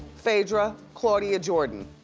phaedra, claudia jordan.